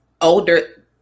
older